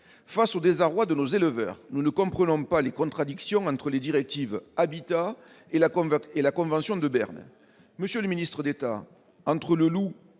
Face au désarroi de nos éleveurs, nous ne comprenons pas les contradictions entre la directive Habitats-faune-flore et la convention de Berne. Monsieur le ministre d'État, au vu de la